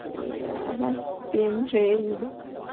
ꯑꯩꯌꯍꯥ ꯄꯦꯟꯗ꯭ꯔꯦ ꯑꯩ ꯑꯗꯣ